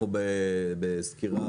אנחנו בסקירה